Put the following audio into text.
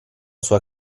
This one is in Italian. sua